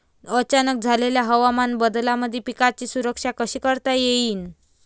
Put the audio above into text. अचानक झालेल्या हवामान बदलामंदी पिकाची सुरक्षा कशी करता येईन?